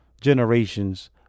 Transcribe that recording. generations